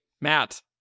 Matt